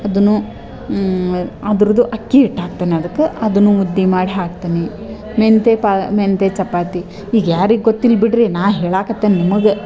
ಅದನ್ನೂ ಅದ್ರದ್ದು ಅಕ್ಕಿ ಹಿಟ್ಟು ಹಾಕ್ತೇನೆ ಅದಕ್ಕೆ ಅದನ್ನೂ ಮುದ್ದೆ ಮಾಡಿ ಹಾಕ್ತೀನಿ ಮೆಂತೆ ಪಾ ಮೆಂತೆ ಚಪಾತಿ ಈಗ ಯಾರಿಗೆ ಗೊತ್ತಿಲ್ಲ ಬಿಡಿರಿ ನಾನು ಹೇಳಕತ್ತೇನೆ ನಿಮಗೆ